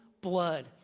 blood